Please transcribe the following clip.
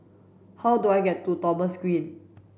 how do I get to Thomson Green